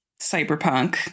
cyberpunk